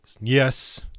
Yes